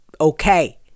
okay